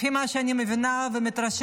לפי מה שאני מבינה ומתרשמת,